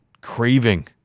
craving